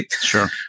Sure